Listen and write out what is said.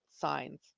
signs